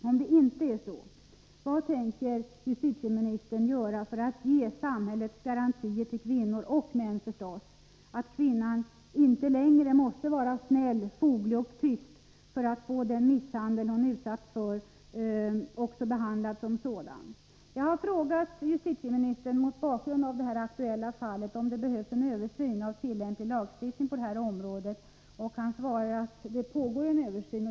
Om det inte är så, vad tänker justitieministern i så fall göra för att ge samhällets garantier till kvinnor, och naturligtvis även till män, att kvinnan inte längre måste vara snäll, foglig och tyst för att få den misshandel hon utsatts för behandlad som sådan? Jag har frågat justitieministern, mot bakgrund av det här aktuella fallet, om det behövs en översyn av lagstiftningen på det här området. Justitieministern svarar att det pågår en översyn.